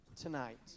tonight